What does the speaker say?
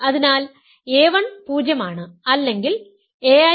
അതിനാൽ a1 0 ആണ് അല്ലെങ്കിൽ ai aj 0 ആണ്